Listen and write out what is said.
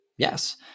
Yes